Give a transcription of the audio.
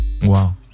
Wow